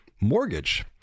mortgage